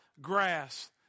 grass